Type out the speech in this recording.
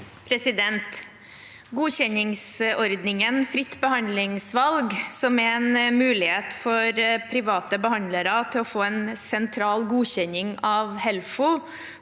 Godkjennings- ordningen fritt behandlingsvalg er en mulighet for private behandlere til å få en sentral godkjenning av Helfo,